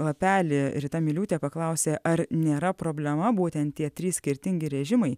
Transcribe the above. lapelį rita miliūtė paklausė ar nėra problema būtent tie trys skirtingi režimai